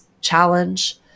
challenge